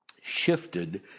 shifted